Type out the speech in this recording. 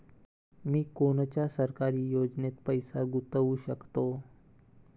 मी कोनच्या सरकारी योजनेत पैसा गुतवू शकतो?